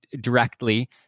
directly